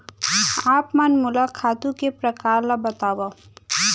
आप मन मोला खातू के प्रकार ल बतावव?